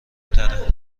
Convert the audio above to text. تره